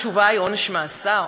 התשובה היא עונש מאסר,